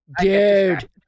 Dude